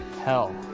hell